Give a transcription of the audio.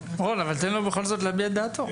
רון, אבל תן לו אבל זאת להביע את דעתו.